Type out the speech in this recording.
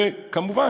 וכמובן,